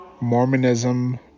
Mormonism